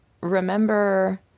remember